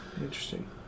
Interesting